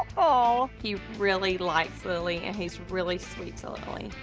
ah he really likes lily, and he's really sweet to lily.